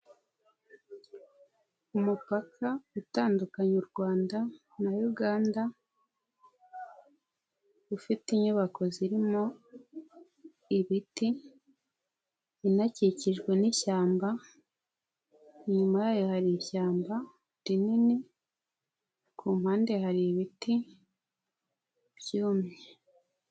Umupaka utandukanya u Rwanda na Uganda ufite inyubako zirimo ibiti, inakikijwe n'ishyamba, inyuma yayo hari ishyamba rinini, ku mpande hari ibiti byumye.